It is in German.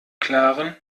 klaren